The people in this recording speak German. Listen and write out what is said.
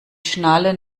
schnalle